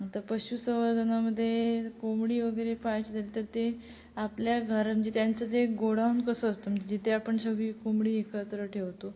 आता पशुसंवर्धनामध्ये कोंबडी वगैरे पाळायची झाली तर ते आपल्या घर म्हणजे त्यांचं जे गोडाऊन कसं असतं म्हणजे ते आपण सगळी कोंबडी एकत्र ठेवतो